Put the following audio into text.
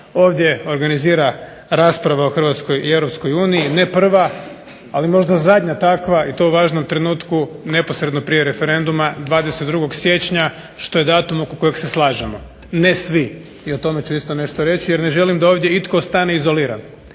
ovdje organizira rasprava o Hrvatskoj i Europskoj uniji, ne prva, ali možda zadnja takva i to u važnom trenutku neposredno prije referenduma 22. siječnja, što je datum oko kojeg se slažemo. Ne svi. I o tome ću isto nešto reći, jer ne želim da ovdje itko ostane izoliran